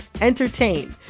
entertain